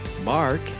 Mark